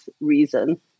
reason